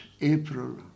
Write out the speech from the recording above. April